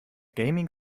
gaming